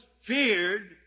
feared